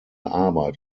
arbeit